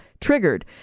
triggered